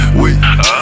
wait